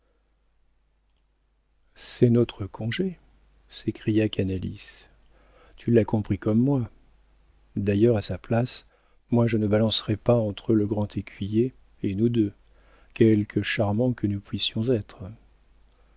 c'est notre congé s'écria canalis tu l'as compris comme moi d'ailleurs à sa place moi je ne balancerais pas entre le grand écuyer et nous deux quelque charmants que nous puissions être